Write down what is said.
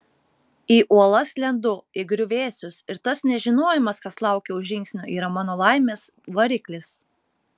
į uolas lendu į griuvėsius ir tas nežinojimas kas laukia už žingsnio yra mano laimės variklis